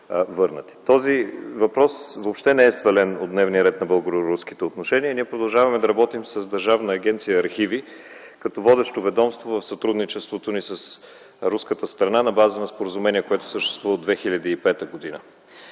Този въпрос въобще не е свален от дневния ред на българо-руските отношения и ние продължаваме да работим с Държавна агенция „Архиви” като водещо ведомство в сътрудничеството ни с руската страна на база на споразумение, което съществува от 2005 г.